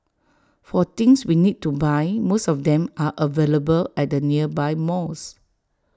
for things we need to buy most of them are available at the nearby malls